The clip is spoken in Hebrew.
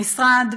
המשרד,